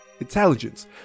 Intelligence